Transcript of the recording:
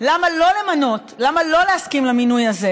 למה לא למנות, למה לא להסכים למינוי הזה,